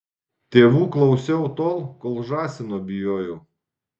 tėvų klausiau tol kol žąsino bijojau